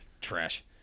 Trash